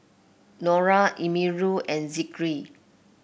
Nura Amirul and Zikri